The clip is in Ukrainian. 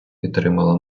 підтримала